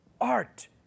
Art